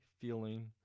feeling